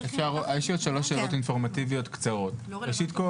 יש לי שלוש אינפורמטיביות קצרות: ראשית,